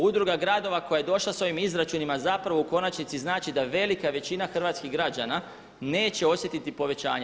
Udruga gradova koja je došla sa ovim izračunima zapravo u konačnici znači, da velika većina hrvatskih građana neće osjetiti povećanje.